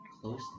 close